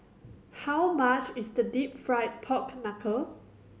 how much is the Deep Fried Pork Knuckle